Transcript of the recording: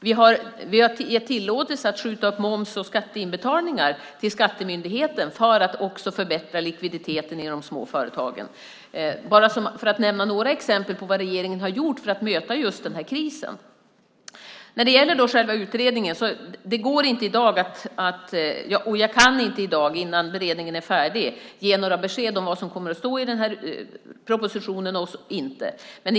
Vi har gett tillåtelse att skjuta upp moms och skatteinbetalningar till Skattemyndigheten för att också förbättra likviditeten i de små företagen. Detta är bara några exempel på vad regeringen har gjort för att möta den här krisen. När det gäller själva utredningen kan jag inte i dag, innan beredningen är färdig, ge några besked om vad som kommer att stå i propositionen eller inte.